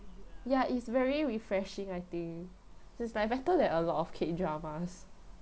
ya it's very refreshing I think it's like better than a lot of K dramas